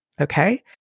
Okay